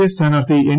A സ്ഥാനാർത്ഥി N